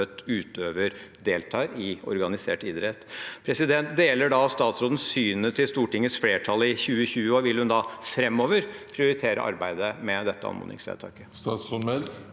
utøver deltar i organisert idrett. Deler statsråden synet til Stortingets flertall i 2020, og vil hun da framover prioritere arbeidet med dette anmodningsvedtaket?